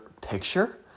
picture